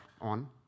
on